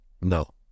No